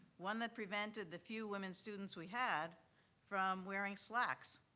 one that prevented the few women students we had from wearing slacks,